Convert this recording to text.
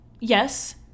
yes